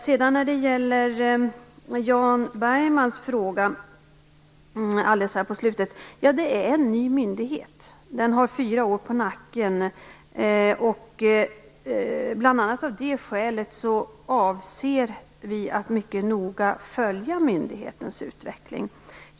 Som svar på Jan Backmans fråga här på slutet vill jag säga att detta är en ny myndighet. Den har fyra år på nacken. Bl.a. av det skälet avser vi att mycket noga följa myndighetens utveckling.